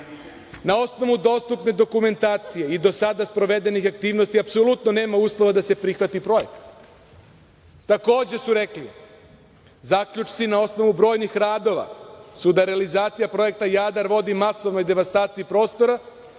Na osnovu dostupne dokumentacije i do sada sprovedenih aktivnosti apsolutno nema uslova da se prihvati projekat. Takođe su rekli – zaključci na osnovu brojnih radova, sudarilizacija projekta „Jadar“ vodi masovnoj devastaciji prostora,